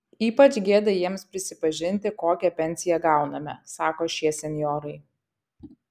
ypač gėda jiems prisipažinti kokią pensiją gauname sako šie senjorai